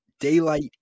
Daylight